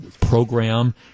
program